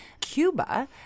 Cuba